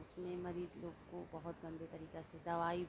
उसमें मरीज़ लोग को बहुत गंदे तरीके से दवाई